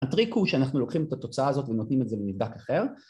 הטריק הוא שאנחנו לוקחים את התוצאה הזאת ונותנים את זה לנדבק אחר